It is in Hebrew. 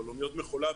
אבל אוניות מכולה,